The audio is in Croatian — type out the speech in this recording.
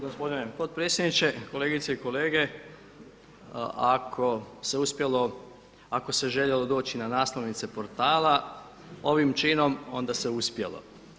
Gospodine potpredsjedniče, kolegice i kolege ako se uspjelo, ako se željelo doći na naslovnice portala ovim činom onda se uspjelo.